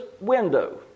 window